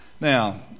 Now